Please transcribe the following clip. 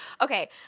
okay